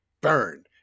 burn